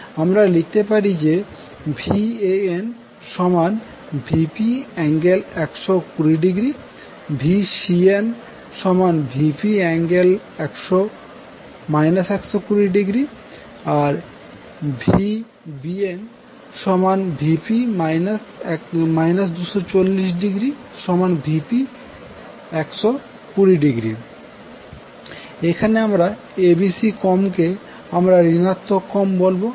আমরা লিখতে পারি যে VanVp∠0° VcnVp∠ 120° VbnVp∠ 240°Vp∠120° এখানে এখন acbক্রমকে আমরা ঋণাত্মক ক্রম বলবো